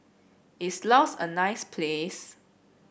is Laos a nice place